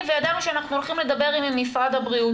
וידענו שאנחנו הולכים לדבר עם משרד הבריאות.